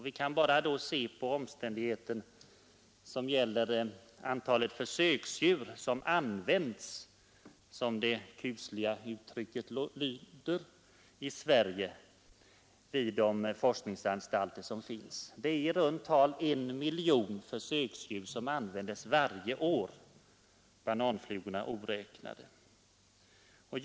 Vi kan då bara se på antalet försöksdjur som ”används”, som det kusliga uttrycket lyder, vid forskningsanstalterna i Sverige. Det är i runt tal en miljon försöksdjur som används varje år, bananflugorna oräknade. Djurskyddet är en stor fråga!